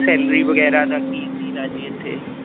salary ਵਗੈਰਾ ਦਾ ਕੀ ਸੀਨ ਆ ਜੀ ਇੱਥੇ